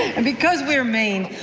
and because we are maine,